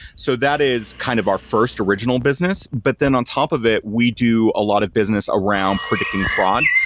so that is kind of our first original business. but then on top of it, we do a lot of business around predicting fraud.